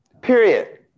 Period